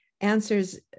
answers